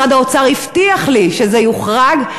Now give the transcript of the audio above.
משרד האוצר הבטיח לי שזה יוחרג.